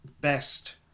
best